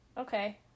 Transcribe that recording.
okay